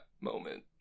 moment